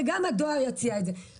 גם הדואר יציע את השירות הזה.